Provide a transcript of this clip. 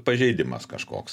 pažeidimas kažkoks